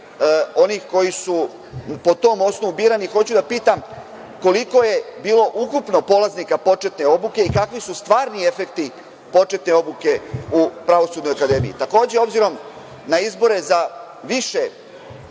onih koji su po tom osnovu birani. Hoću da pitam - koliko je bilo ukupno polaznika, početne obuke i kakvi su stvarni efekti počnete obuke u Pravosudnoj akademiji? Takođe, obzirom na izbore za na više